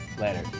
Later